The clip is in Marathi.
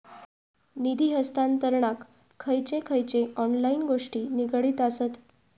निधी हस्तांतरणाक खयचे खयचे ऑनलाइन गोष्टी निगडीत आसत?